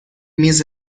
میز